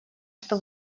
что